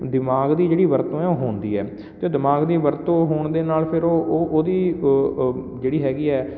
ਦਿਮਾਗ ਦੀ ਜਿਹੜੀ ਵਰਤੋਂ ਹੈ ਓਹ ਹੁੰਦੀ ਹੈ ਅਤੇ ਦਿਮਾਗ ਦੀ ਵਰਤੋਂ ਹੋਣ ਦੇ ਨਾਲ ਫਿਰ ਓਹਦੀ ਜਿਹੜੀ ਹੈਗੀ ਹੈ